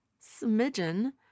smidgen